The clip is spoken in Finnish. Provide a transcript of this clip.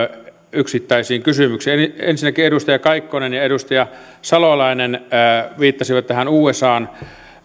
yksittäisiin kysymyksiin ensinnäkin edustaja kaikkonen ja edustaja salolainen viittasivat tähän usan